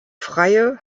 freie